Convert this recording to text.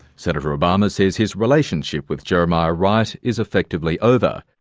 senator obama says his relationship with jeremiah wright is effectively over.